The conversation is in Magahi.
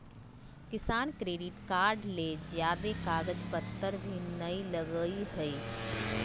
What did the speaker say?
किसान क्रेडिट कार्ड ले ज्यादे कागज पतर भी नय लगय हय